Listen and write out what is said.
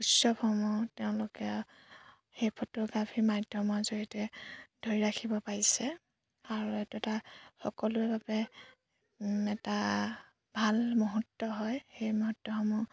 উৎসৱসমূহ তেওঁলোকে সেই ফটোগ্ৰাফীৰ মাধ্যমৰ জৰিয়তে ধৰি ৰাখিব পাৰিছে আৰু এইটো এটা সকলোৰে বাবে এটা ভাল মুহূৰ্ত হয় সেই মুহূৰ্তসমূহ